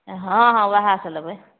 हँ हँ वहएसब लेबै